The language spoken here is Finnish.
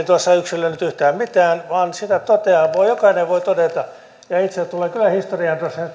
tuossa yksilöinyt yhtään mitään vaan jokainen voi todeta ja ja itse tulen kyllä historian